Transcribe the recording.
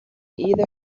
either